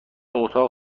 اتاق